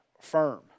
firm